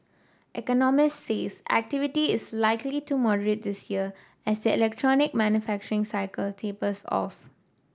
economist says activity is likely to this year as the electronic manufacturing cycle tapers off